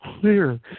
clear